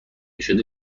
شده